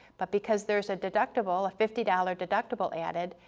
but because there's a deductible, a fifty dollars deductible added,